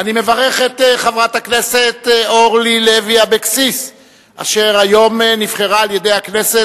אני קובע שהצעת החוק עברה בקריאה שלישית